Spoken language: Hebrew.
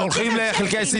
מה שאתם